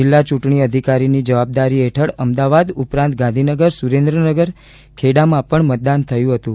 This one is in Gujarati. જિલ્લા ચૂંટણી અધિકારીની જવાબદારી હેઠળ અમદાવાદ ઉપરાંત ગાંધીનગર સુરેન્દ્રનગર ખેડામાં પણ મતદન થયું હતું